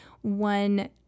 one